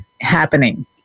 happening